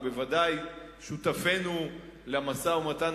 ובוודאי שותפינו למשא-ומתן,